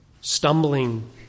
Stumbling